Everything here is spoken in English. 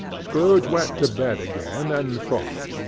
scrooge went to bed again, and thought,